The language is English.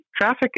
traffic